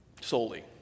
solely